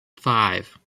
five